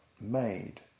made